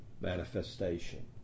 manifestation